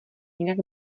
jinak